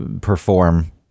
perform